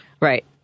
Right